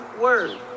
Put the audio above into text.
word